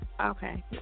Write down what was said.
Okay